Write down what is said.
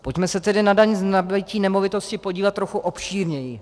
Pojďme se tedy na daň z nemovitosti podívat trochu obšírněji.